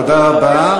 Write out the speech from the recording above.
תודה רבה.